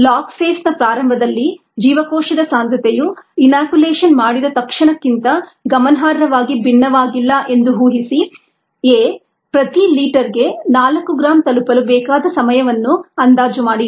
log ಫೇಸ್ನ ಪ್ರಾರಂಭದಲ್ಲಿ ಜೀವಕೋಶದ ಸಾಂದ್ರತೆಯು ಇನಾಕ್ಯುಲೇಷನ್ ಮಾಡಿದ ತಕ್ಷಣ ಕ್ಕಿಂತ ಗಮನಾರ್ಹವಾಗಿ ಭಿನ್ನವಾಗಿಲ್ಲ ಎಂದು ಊಹಿಸಿ ಪ್ರತಿ ಲೀಟರ್ಗೆ 4 ಗ್ರಾಂ ತಲುಪಲು ಬೇಕಾದ ಸಮಯವನ್ನು ಅಂದಾಜು ಮಾಡಿ